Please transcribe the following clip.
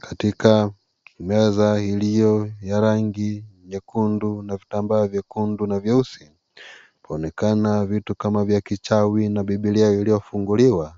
Katika meza iliyo ya rangi nyekundu na vitamba vyekundu na vyeusi kunaonekana vitu kama ya uchawi na Bibilia iliyofunguliwa